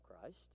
Christ